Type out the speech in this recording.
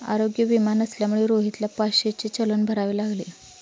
आरोग्य विमा नसल्यामुळे रोहितला पाचशेचे चलन भरावे लागले